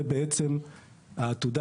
זה בעצם העתודה.